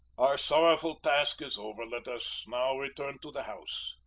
our sorrowful task is over, let us now return to the house.